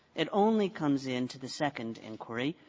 it only comes into the second inquiry,